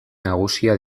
nagusia